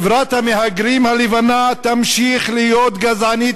חברת המהגרים הלבנה תמשיך להיות גזענית